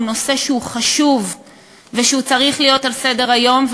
נושא חשוב שצריך להיות על סדר-היום,